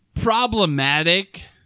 problematic